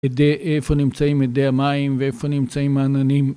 איפה נמצאים אדי המים ואיפה נמצאים העננים